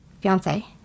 fiance